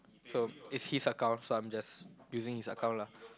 so it's his account so I'm just using his account lah